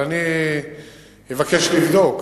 אני אבקש לבדוק.